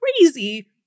crazy